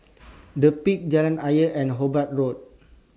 The Peak Jalan Ayer and Hobart Road